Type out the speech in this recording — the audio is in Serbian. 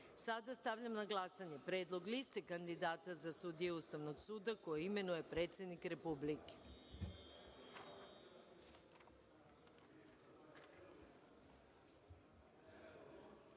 stavljam na glasanje Predlog Liste kandidata za sudije Ustavnog suda koje imenuje predsednik